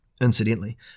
Incidentally